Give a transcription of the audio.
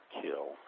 kill